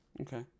Okay